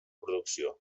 producció